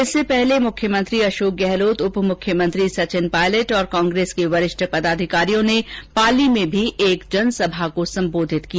इससे पहले मुख्यमंत्री अशोक गहलोत उप मुख्यमंत्री सचिन पालयट और कांग्रेस के वरिष्ठ पदाधिकारियों ने पाली में भी एक जनसभा को संबोधित किया